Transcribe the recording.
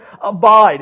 abide